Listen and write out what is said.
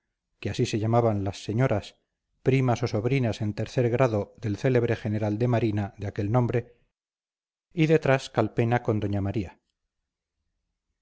que así se llamaban las señoras primas o sobrinas en tercer grado del célebre general de marina de aquel nombre y detrás calpena con doña maría